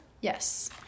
Yes